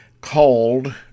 called